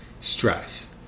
stress